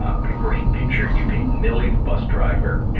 ah what a great picture you paint! millie the bus driver.